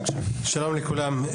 שלום לכולם.